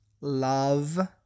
Love